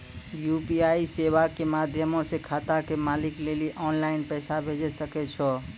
UPI सेबा के माध्यमो से खाता के मालिक लेली आनलाइन पैसा भेजै सकै छो